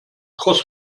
cross